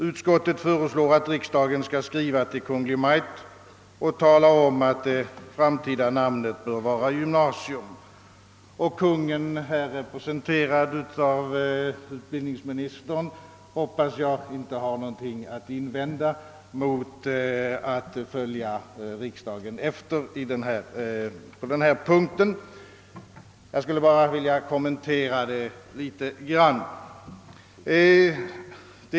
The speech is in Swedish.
Utskottet föreslår att riksdagen skall skriva till Kungl. Maj:t om att det framtida namnet bör vara gymnasium. Jag hoppas att Konungen, här representerad av utbildningsministern, inte har något att invända mot att följa riksdagen efter på denna punkt. Jag vill bara något kommentera detta ställningstagande.